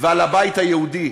ועל הבית היהודי.